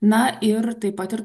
na ir taip pat ir